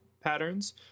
patterns